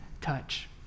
touch